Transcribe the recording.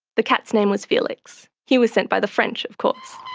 the cat's name was felix. he was sent by the french of course.